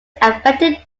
affected